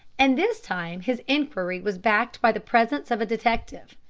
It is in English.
and this time his inquiry was backed by the presence of a detective.